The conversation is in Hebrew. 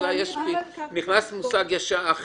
אצלה נכנס כבר מושג אחר,